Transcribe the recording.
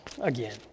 again